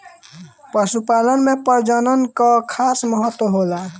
पशुपालन में प्रजनन कअ खास महत्व होला